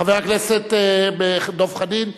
חבר הכנסת דב חנין,